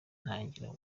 ntangira